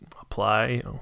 apply